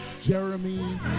Jeremy